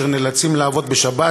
אשר נאלצים לעבוד בשבת,